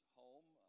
home